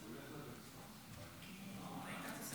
אדוני היושב-ראש,